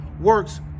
works